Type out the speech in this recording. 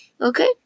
okay